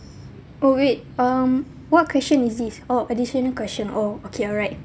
oh wait um what question is this oh additional question oh okay alright